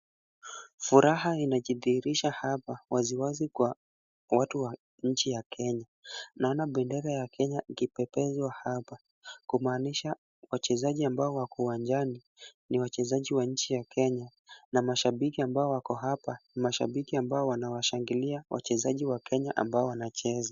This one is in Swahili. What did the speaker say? Furaha inajidhihirisha hapa waziwazi kwa watu wa nchi ya Kenya. Naona bendera ya Kenya ikipekezwa hapa, kumaanisha wachezaji ambao wako uwanjani, ni wachezaji wa nchi ya Kenya na mashabiki ambao wako hapa ni mashabiki ambao wanawashangilia wachezaji wa Kenya ambao wanacheza.